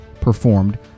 performed